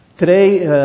Today